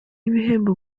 ibihembo